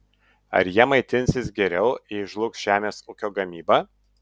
ar jie maitinsis geriau jei žlugs žemės ūkio gamyba